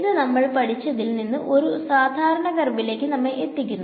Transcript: ഇത് നമല പഠിച്ചതിൽ നിന്ന് ഒരു സാധാരണ കർവിലേക്ക് നമ്മെ എത്തിക്കുന്നു